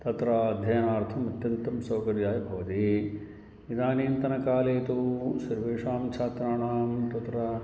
तत्र अध्ययनार्थम् अत्यन्तं सौकर्याय भवति इदानींतनकाले तु सर्वेषां छात्राणां तत्र